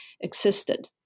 existed